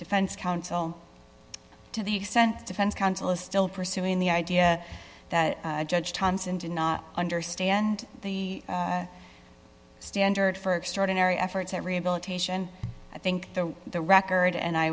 defense counsel to the extent defense counsel is still pursuing the idea that judge johnson did not understand the standard for extraordinary efforts at rehabilitation i think the record and i